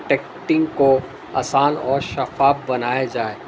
tasting کو آسان اور شفاف بنایا جائے